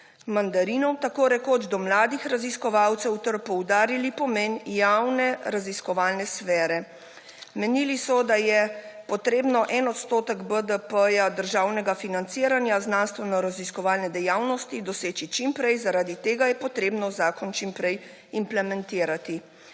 mandarinov, tako rekoč, do mladih raziskovalcev ter poudarili pomen javne raziskovalne sfere. Menili so, da je potrebno 1 % BDP državnega financiranja znanstvenoraziskovalne dejavnosti doseči čim prej, zaradi tega je potrebno zakon čim prej implementirati.